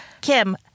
Kim